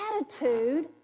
attitude